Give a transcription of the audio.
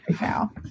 now